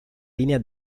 linea